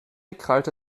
krallte